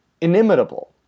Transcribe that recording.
inimitable